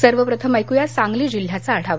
सर्वप्रथम ऐक्या सांगली जिल्ह्याचा आढावा